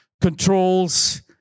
controls